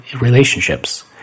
relationships